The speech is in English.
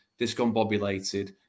Discombobulated